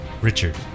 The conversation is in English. Richard